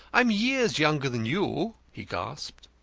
i am years younger than you, he gasped.